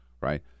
right